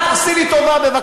את, עשי לי טובה בבקשה.